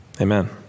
Amen